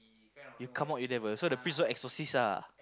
you come out you devil so the priest all exorcist ah